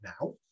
now